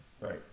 right